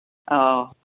ꯑꯧ